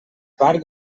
part